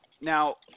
now